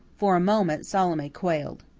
for a moment salome quailed.